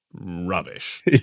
rubbish